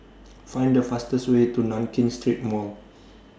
Find The fastest Way to Nankin Street Mall